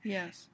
Yes